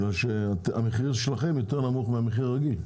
בגלל שהמחיר שלכם נמוך יותר מהמחיר הרגיל,